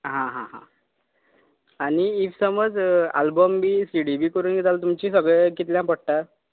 हां हां हां आनी ईफ समज आल्बम बी सि डी बी करून दिता आल तुमची सगळे कितल्या पडटा